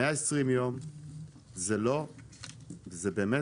120 ימים זה באמת